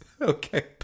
Okay